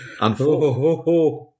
unfortunate